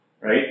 Right